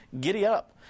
giddy-up